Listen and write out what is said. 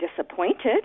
disappointed